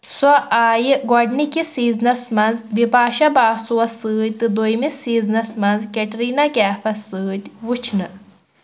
سۄ آیہِ گۄدٕنِکِس سیزنَس منٛز بپاشا باسوَس سۭتۍ تہٕ دۄیمِس سیزنَس منٛز کٹریٖنہ کیفَس سۭتۍ وچھنہٕ